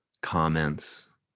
comments